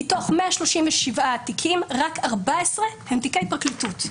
מתוך 137 תיקים רק 14 הם תיקי פרקליטות.